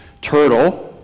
turtle